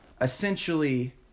essentially